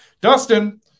Dustin